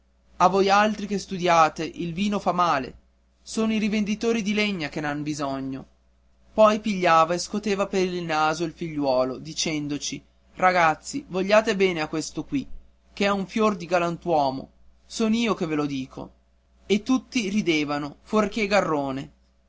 a voi altri che studiate il vino vi fa male sono i rivenditori di legna che n'han bisogno poi pigliava e scoteva per il naso il figliuolo dicendoci ragazzi vogliate bene a questo qui che è un fior di galantuomo son io che ve lo dico e tutti ridevano fuorché garrone